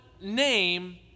name